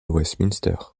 westminster